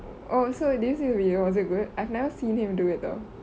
oh so did you see the video was it good I've never seen him do it though